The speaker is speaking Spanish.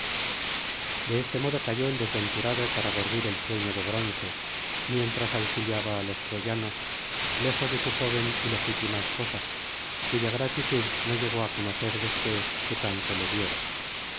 de este modo cayó el desventurado para dormir el sueño de bronce mientras auxiliaba á los troyanos lejos de su joven y legítima esposa cuya gratitud no llegó á conocer después que tanto le diera